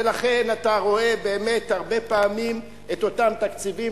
ולכן אתה רואה הרבה פעמים את אותם תקציבים,